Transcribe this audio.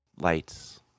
lights